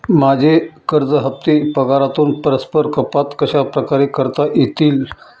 माझे कर्ज हफ्ते पगारातून परस्पर कपात कशाप्रकारे करता येतील?